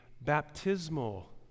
baptismal